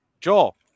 Joel